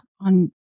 on